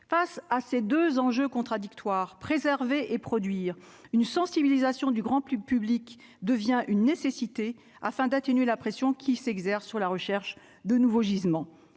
face à ces 2 enjeux contradictoires, préserver et produire une sensibilisation du grand plus public devient une nécessité afin d'atténuer la pression qui s'exerce sur la recherche de nouveaux gisements